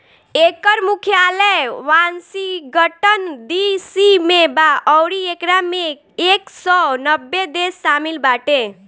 एकर मुख्यालय Washington DC में बा अउरी एकरा में एक सौ नब्बे देश शामिल बाटे